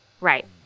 Right